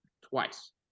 Twice